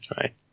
right